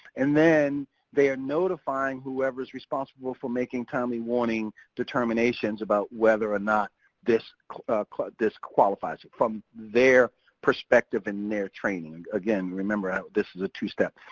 and then they are notifying whoever's responsible for making timely warning determinations about whether or not this this qualifies, from their perspective and their training. and again, remember this is a two-step.